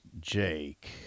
Jake